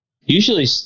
Usually